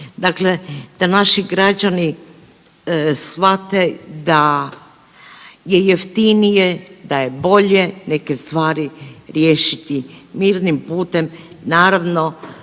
Dakle, da naši građani shvate da je jeftinije, da je bolje neke stvari riješiti mirnim putem naravno